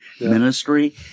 ministry